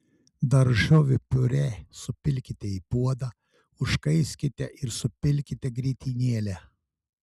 daržovių piurė supilkite į puodą užkaiskite ir supilkite grietinėlę